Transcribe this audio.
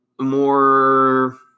more –